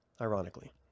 ironically